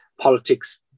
politics